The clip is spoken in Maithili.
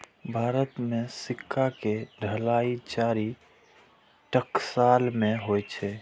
भारत मे सिक्का के ढलाइ चारि टकसाल मे होइ छै